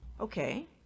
Okay